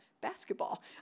Basketball